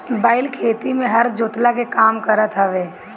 बैल खेती में हर जोतला के काम करत हवे